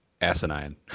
asinine